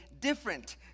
different